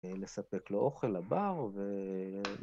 לספק לו אוכל לבר ו...